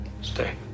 stay